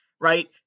right